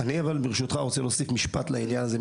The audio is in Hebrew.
ברשותך אוסיף משפט לעניין הזה.